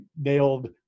nailed